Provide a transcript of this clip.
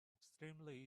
extremely